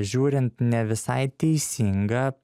žiūrint ne visai teisinga